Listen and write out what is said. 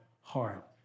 heart